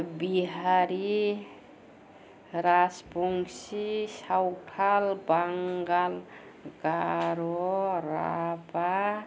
Bihari Rajbanshi Santhal Bangal Garo Rabha